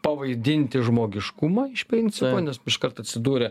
pavaidinti žmogiškumą iš principo nes iškart atsidūrė